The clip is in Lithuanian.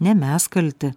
ne mes kalti